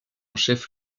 chef